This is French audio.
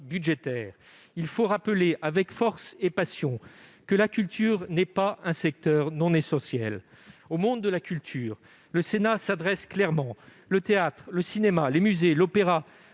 budgétaire. Il faut rappeler avec force et passion que la culture n'est pas un secteur non essentiel. Au monde de la culture, le Sénat s'adresse clairement : le théâtre, le cinéma, les musées, l'opéra,